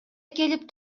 келип